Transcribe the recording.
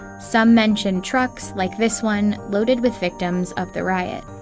some mentioned trucks like this one loaded with victims of the riot.